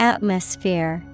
Atmosphere